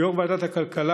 ליושב-ראש ועדת הכלכלה,